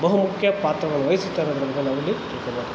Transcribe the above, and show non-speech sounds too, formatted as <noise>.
ಬಹುಮುಖ್ಯ ಪಾತ್ರವನ್ನು ವಹಿಸುತ್ತೆ ಅನ್ನೋದನ್ನು ನಾವಿಲ್ಲಿ <unintelligible>